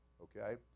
Okay